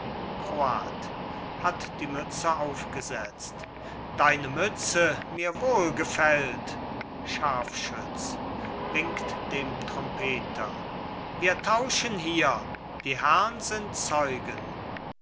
hat die mütze aufgesetzt deine mütze mir wohlgefällt scharfschütz winkt dem trompeter wir tauschen hier die herrn sind zeugen